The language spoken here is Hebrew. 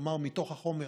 כלומר מתוך החומר,